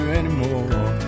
anymore